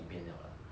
but